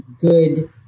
good